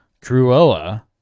Cruella